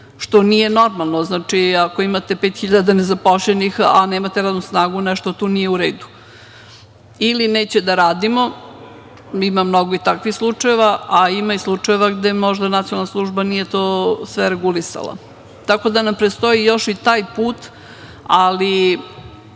što nije normalno. Ako imate 5.000 nezapošljenih, a nemate radnu snagu, nešto tu nije u redu ili neće da rade, ima i takvih slučajeva, a ima i slučajeva gde nacionalna služba nije to sve regulisala. Predstoji nam još i taj put, ali